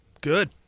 good